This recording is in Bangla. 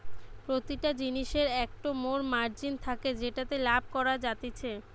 প্রতিটা জিনিসের একটো মোর মার্জিন থাকে যেটাতে লাভ করা যাতিছে